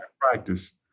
practice